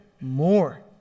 more